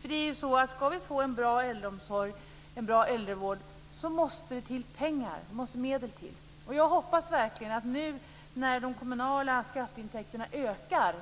För det är ju så: Ska vi få en bra äldreomsorg och äldrevård måste det till pengar. Det måste till medel. Jag hoppas verkligen, nu när de kommunala skatteintäkterna ökar,